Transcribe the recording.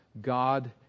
God